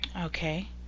Okay